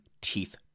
teeth